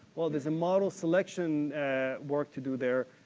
or there's a model selection work to do there,